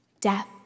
death